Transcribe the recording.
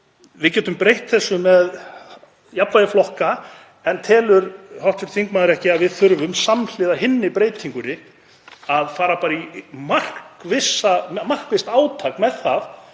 Við getum breytt þessu með jafnvægi flokka, en telur hv. þingmaður ekki að við þurfum samhliða hinni breytingunni að fara í markvisst átak með að